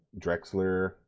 Drexler